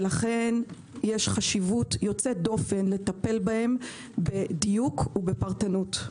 לכן יש חשיבות יוצאת דופן לטפל בהם בדיוק ובפרטנות.